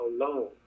alone